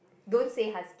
don't say husk~